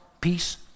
peace